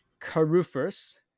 Carufers